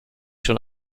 schon